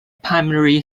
primary